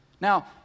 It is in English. Now